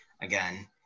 Again